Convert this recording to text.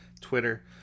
Twitter